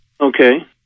Okay